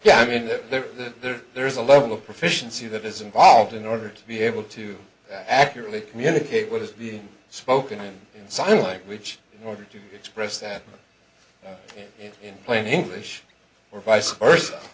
yeah i mean that there's a level of proficiency that is involved in order to be able to accurately communicate what is the spoken in sign language in order to express that in plain english or vice versa